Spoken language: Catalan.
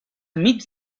mig